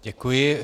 Děkuji.